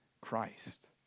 Christ